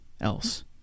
else